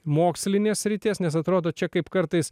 mokslinės srities nes atrodo čia kaip kartais